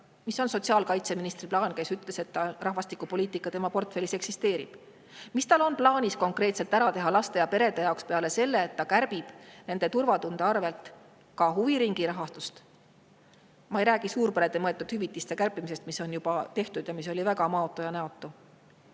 on sotsiaalkaitseministri plaan, kes ütles, et rahvastikupoliitika eksisteerib tema portfellis? Mis on tal plaanis konkreetselt ära teha laste ja perede jaoks peale selle, et ta nende turvatunde arvel kärbib ka huviringirahastust? Ma ei räägi suurperedele mõeldud hüvitiste kärpimisest, mis on juba tehtud ja mis oli väga maotu ja näotu.